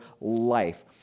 life